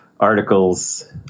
articles